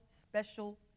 special